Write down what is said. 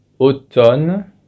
automne